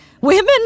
Women